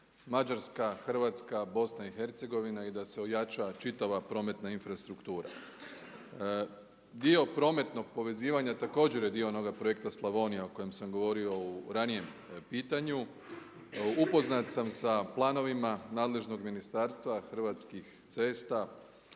Mađarska, Hrvatska, Bosna i Hercegovina i da se ojača čitava prometna infrastruktura. Dio prometnog povezivanja također je dio onoga projekta Slavonija o kojem sam govorio u ranijem pitanju, upoznat sam sa planovima nadležnog ministarstva Hrvatskih cesta.